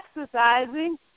exercising